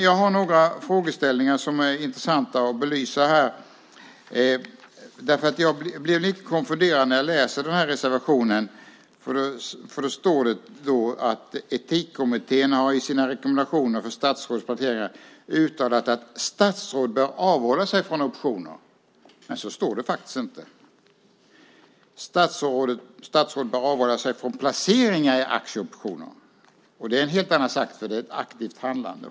Jag har några frågeställningar som det är intressant att belysa här. Jag blir nämligen lite konfunderad när jag läser reservationen där man säger: "Etikkommittén har i sina rekommendationer för statsråds placeringar uttalat att statsråd bör avhålla sig från optioner." Men så står det faktiskt inte! Det står att statsråd bör avhålla sig från placeringar i aktier och optioner. Det är en helt annan sak, för det är ett aktivt handlande.